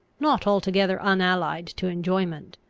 not altogether unallied to enjoyment.